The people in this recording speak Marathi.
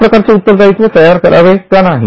अशा प्रकारचे उत्तरदायित्व तयार करावे का नाही